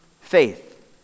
faith